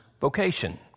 vocation